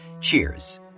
Cheers